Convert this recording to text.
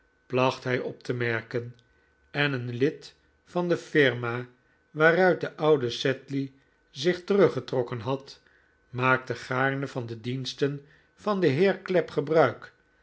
placht hij op te merken en een lid van de firma waaruit de oude sedley zich teruggetrokken had maakte gaarne van de diensten van den heer clapp gebruik